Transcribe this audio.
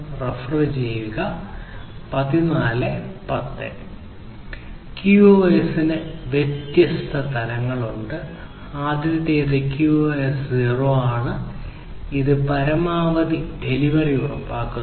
QoS ന് വ്യത്യസ്ത തലങ്ങളുണ്ട് ആദ്യത്തേത് QoS 0 ആണ് ഇത് പരമാവധി ഡെലിവറി ഉറപ്പാക്കുന്നു